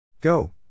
Go